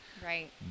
Right